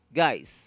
guys